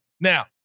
Now